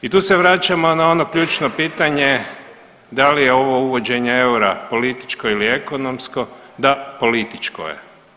I tu se vraćamo na ono ključno pitanje da li je ovo uvođenje eura političko ili ekonomsko, da političko je.